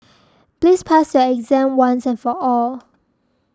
please pass your exam once and for all